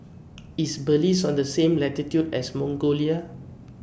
IS Belize on The same latitude as Mongolia